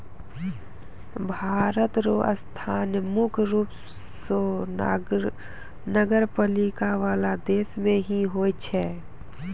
भारत र स्थान मुख्य रूप स नगरपालिका वाला देश मे ही होय छै